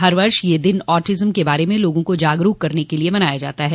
हर वर्ष ये दिन ऑटीजम के बारे में लोगों को जागरूक करने के लिए मनाया जाता है